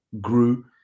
grew